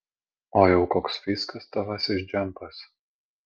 o jau koks fyskas tavasis džempas